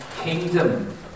kingdom